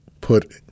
put